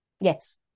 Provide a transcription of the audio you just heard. Yes